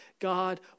God